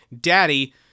Daddy